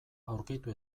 aurkitu